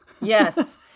yes